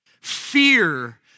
Fear